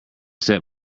step